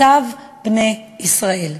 "כתב בני ישראל".